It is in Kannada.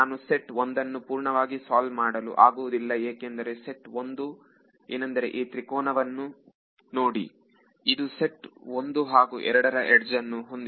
ನಾನು ಸೆಟ್ ಒಂದನ್ನು ಪೂರ್ಣವಾಗಿ ಸಾಲ್ವ ಮಾಡಲು ಆಗುವುದಿಲ್ಲ ಏಕೆಂದರೆ ಸೆಟ್ ಒಂದು ಏನೆಂದರೆ ಈ ತ್ರಿಕೋಣವನ್ನು ನೋಡಿ ಇದು ಸೆಟ್ ಒಂದು ಹಾಗೂ ಎರಡರ ಎಡ್ಜ್ ಗಳನ್ನು ಹೊಂದಿದೆ